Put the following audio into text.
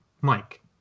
Mike